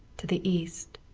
to the east,